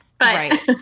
Right